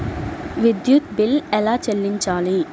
విద్యుత్ బిల్ ఎలా చెల్లించాలి?